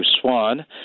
Swan